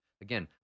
Again